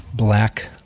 Black